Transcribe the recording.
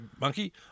monkey